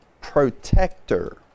protector